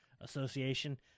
association